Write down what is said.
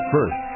First